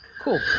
Cool